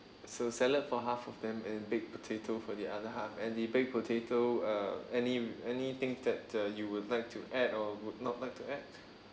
so salad for half of them and baked potato for the other half and the baked potato uh any anything that uh you would like to add or would not like to add